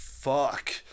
Fuck